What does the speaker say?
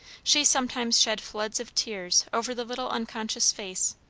she sometimes shed floods of tears over the little unconscious face,